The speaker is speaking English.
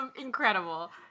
incredible